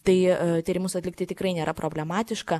tai tyrimus atlikti tikrai nėra problematiška